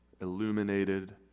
illuminated